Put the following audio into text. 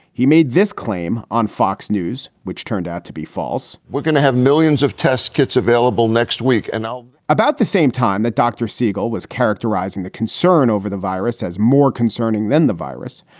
he made this claim on fox news, which turned out to be false we're going to have millions of test kits available next week and all about the same time that dr. siegel was characterizing the concern over the virus as more concerning than the virus.